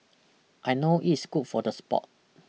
I know it's good for the sport